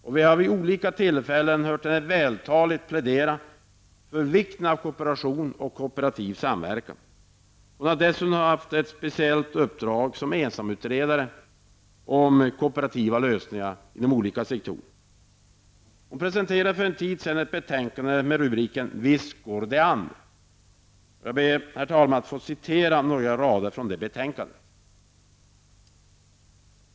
Och vi har vid olika tillfällen hört henne vältaligt plädera för vikten av kooperation och kooperativ samverkan. Hon har dessutom haft ett speciellt uppdrag som ensamutredare om kooperativa lösningar inom olika sektorer. Hon presenterade för en tid sedan ett betänkande med rubriken Visst går det an. Och jag ber, herr talman, att få citera några rader i det betänkandet.